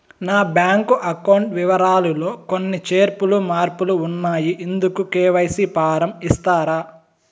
నా bank account వివరాలు లో కొన్ని చేర్పులు మార్పులు ఉన్నాయి, ఇందుకు కె.వై.సి ఫారం ఇస్తారా?